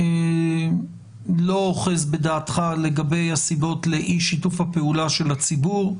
אני לא אוחז בדעתך לגבי הסיבות לאי שיתוף הפעולה של הציבור.